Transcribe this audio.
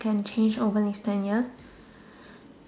can change over the next ten years